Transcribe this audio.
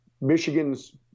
Michigan's